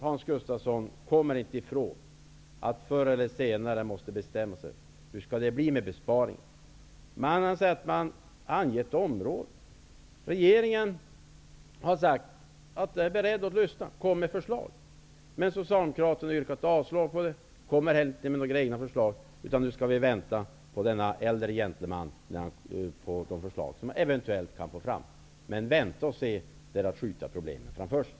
Hans Gustafsson kommer inte ifrån att han förr eller senare måste bestämma sig för hur det skall bli med besparingarna. Han säger att man har angett områden. Regeringen har sagt att den är beredd att lyssna -- kom med förslag! Men Socialdemokraterna har yrkat avslag och kommer inte med egna förslag, utan nu skall vi vänta på vad denne äldre gentleman eventuellt kan få fram. Men vänta och se är att skjuta problemen framför sig.